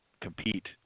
compete